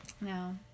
No